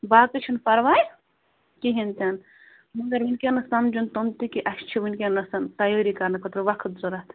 باقٕے چھُنہٕ پرواے کِہیٖنٛۍ تہِ نہٕ مگر وُنکٮ۪نَس سمجن تِم تہِ کہِ اَسہِ چھُ وُنکٮ۪نَس تیٲری کَرنہٕ خٲطرٕ وقت ضروٗرت